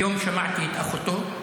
היום שמעתי את אחותו.